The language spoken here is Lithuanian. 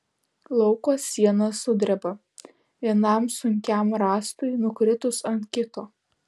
lauko siena sudreba vienam sunkiam rąstui nukritus ant kito